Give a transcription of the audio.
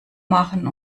machen